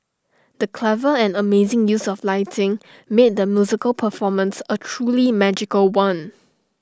the clever and amazing use of lighting made the musical performance A truly magical one